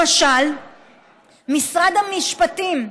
למשל משרד המשפטים,